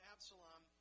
Absalom